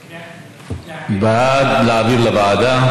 בעד, להעביר לוועדה,